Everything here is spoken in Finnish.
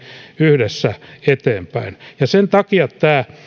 yhdessä eteenpäin sen takia tämä